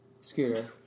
scooter